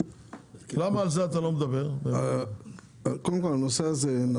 למה אתה לא מדבר על הנושא הזה?